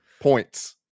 points